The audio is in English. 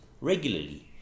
regularly